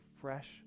fresh